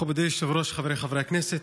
מכובדי היושב-ראש, חבריי חברי הכנסת,